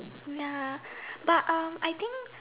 ya but um I think